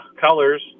colors